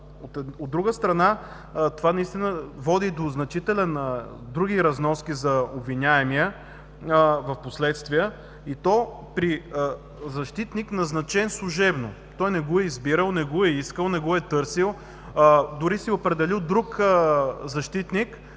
От друга страна, това води до значителни други разноски за обвиняемия впоследствие и то при защитник, назначен служебно. Той не го е избирал, не го искал, не го е търсил, дори си е определил друг защитник,